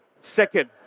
Second